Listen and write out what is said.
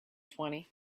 twenty